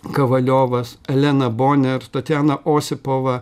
kavaliovas elena boner tatjana osipova